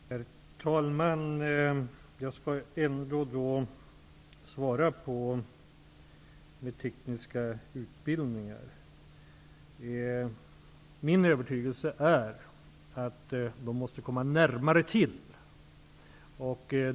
Herr talman! Jag skall svara på frågan om tekniska utbildningar. Min övertygelse är att dessa måste bli mer lättillgängliga.